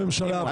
בממשלה הבאה.